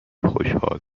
خوشحال